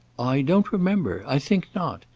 i don't remember i think not.